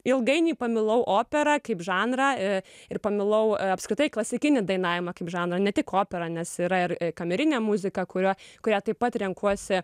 ilgainiui pamilau operą kaip žanrą ir pamilau apskritai klasikinį dainavimą kaip žanro ne tik operą nes yra ir kamerinė muzika kurią kurią taip pat renkuosi